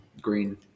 Green